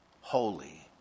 holy